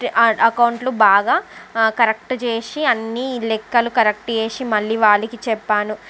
అకౌంట్లు బాగా కరెక్ట్ చేసి అన్నీ లెక్కలు కరెక్ట్ చేసి మళ్ళీ వాళ్ళకి చెప్పాను